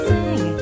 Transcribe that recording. Sing